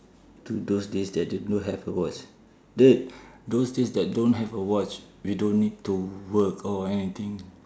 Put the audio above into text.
to those days that they don't have a watch the those days that don't have a watch we don't need to work or anything